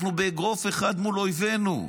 אנחנו באגרוף אחד מול אויבינו.